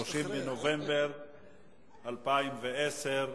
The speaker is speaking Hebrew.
30 בנובמבר 2010,